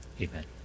Amen